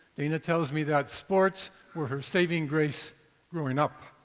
dana tells me that sports were her saving grace growing up.